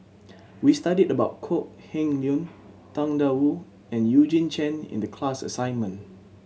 we studied about Kok Heng Leun Tang Da Wu and Eugene Chen in the class assignment